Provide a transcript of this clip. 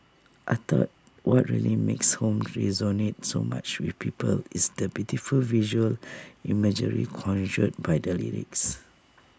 I thought what really makes home resonate so much with people is the beautiful visual imagery conjured by the lyrics